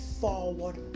forward